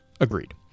agreed